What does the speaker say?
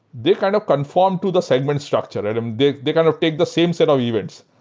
they kind of conform to the segment structure. and um they they kind of take the same set of events.